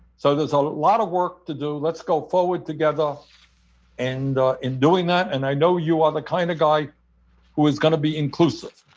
so there's a um lot of work to do. let's go forward together and in doing that, and i know you are the kind of guy who is going to be inclusive.